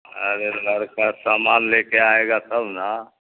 ارے لڑکا سامان لے کے آئے گا تب نا